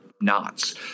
knots